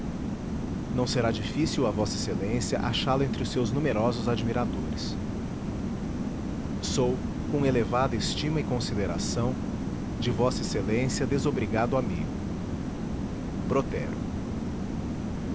não será difícil a v ex a achá-lo entre os seus numerosos admiradores sou com elevada estima e consideração de v ex a desobrigado amigo